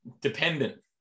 dependent